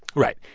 right.